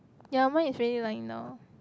ya mine is really lying down